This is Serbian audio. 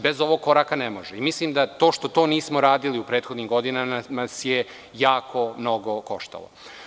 Bez ovog koraka ne može i mislim da to što to nismo radili u prethodnim godinama nas je jako mnogo koštalo.